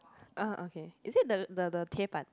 ah okay is it the the the Tiapan